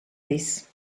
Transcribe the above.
this